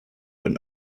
been